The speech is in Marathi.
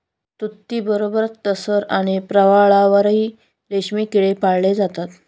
तुतीबरोबरच टसर आणि प्रवाळावरही रेशमी किडे पाळले जातात